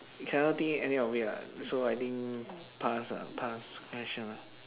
cannot think any of it lah so I think pass ah pass question